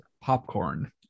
popcorn